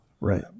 right